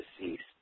deceased